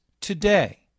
today